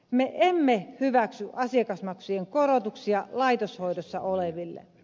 me emme hyväksy asiakasmaksujen korotuksia laitoshoidossa oleville